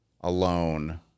alone